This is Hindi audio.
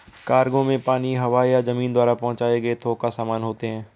कार्गो में पानी, हवा या जमीन द्वारा पहुंचाए गए थोक सामान होते हैं